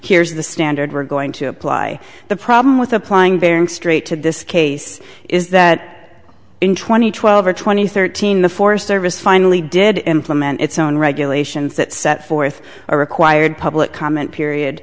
here's the standard we're going to apply the problem with applying bering strait to this case is that in two thousand and twelve or twenty thirteen the forest service finally did implement its own regulations that set forth a required public comment period